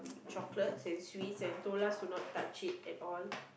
chocolates and sweets and told us to not touch it at all